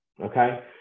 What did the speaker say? okay